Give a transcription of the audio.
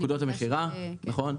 נקודות המכירה, נכון.